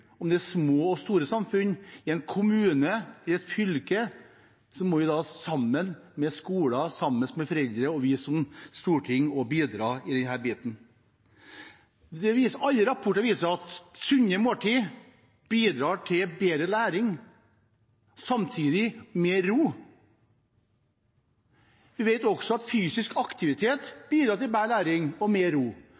om det er små eller store samfunn i en kommune, i et fylke – vi som storting, sammen med skolen, sammen med foreldrene, må bidra i denne biten. Alle rapporter viser at sunne måltider bidrar til bedre læring og – samtidig – mer ro. Vi vet også at fysisk aktivitet